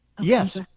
Yes